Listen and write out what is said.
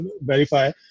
verify